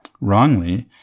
wrongly